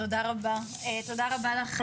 תודה רבה לך שרת החינוך.